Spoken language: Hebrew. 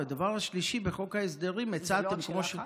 והדבר השלישי, זה לא רק שאלה אחת?